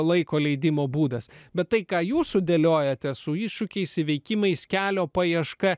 laiko leidimo būdas bet tai ką jūs sudėliojate su iššūkiais įveikimais kelio paieška